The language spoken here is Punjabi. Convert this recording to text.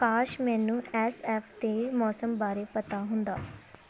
ਕਾਸ਼ ਮੈਨੂੰ ਐੱਸ ਐੱਫ ਦੇ ਮੌਸਮ ਬਾਰੇ ਪਤਾ ਹੁੰਦਾ